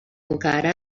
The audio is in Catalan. encara